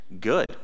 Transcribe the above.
good